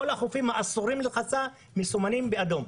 החופים האסורים לרחצה מסומנים באדום.